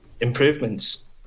improvements